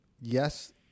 yes